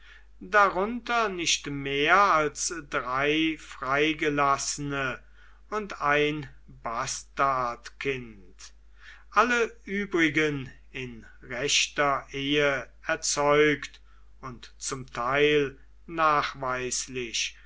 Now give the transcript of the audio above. darunter nicht mehr als drei freigelassene und ein bastardkind alle übrigen in rechter ehe erzeugt und zum teil nachweislich